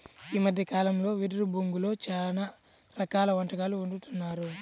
ఈ మద్దె కాలంలో వెదురు బొంగులో చాలా రకాల వంటకాలు వండుతున్నారు